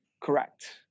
Correct